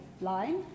line